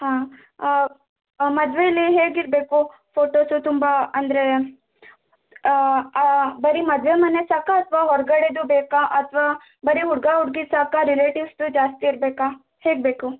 ಹಾಂ ಮದುವೇಲಿ ಹೇಗೆ ಇರಬೇಕು ಫೋಟೋಸು ತುಂಬ ಅಂದರೆ ಬರಿ ಮದುವೆ ಮನೆದು ಸಾಕಾ ಅಥ್ವಾ ಹೊರಗಡೆದು ಬೇಕಾ ಅಥ್ವಾ ಬರಿ ಹುಡುಗ ಹುಡುಗಿದು ಸಾಕಾ ರಿಲೆಟಿವ್ಸ್ದು ಜಾಸ್ತಿ ಇರಬೇಕಾ ಹೇಗೆ ಬೇಕು